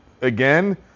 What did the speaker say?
again